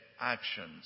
actions